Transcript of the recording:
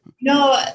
No